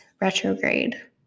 retrograde